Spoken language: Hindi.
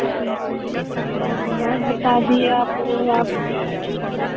हाँ बहुत बता दिए आप और आप